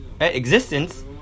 Existence